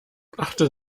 achte